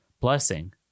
blessing